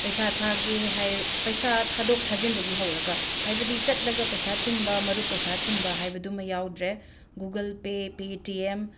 ꯄꯩꯁꯥ ꯊꯥꯒꯦ ꯍꯥꯏꯔ ꯄꯩꯁꯥ ꯊꯥꯗꯣꯛ ꯊꯥꯖꯤꯟꯗꯒꯤ ꯍꯧꯔꯒ ꯍꯥꯏꯕꯗꯤ ꯆꯠꯂꯒ ꯄꯩꯁꯥ ꯊꯤꯟꯕ ꯃꯔꯨꯞ ꯄꯩꯁꯥ ꯊꯤꯟꯕ ꯍꯥꯏꯕꯗꯨꯃ ꯌꯥꯎꯗꯔꯦ Google Pay P T M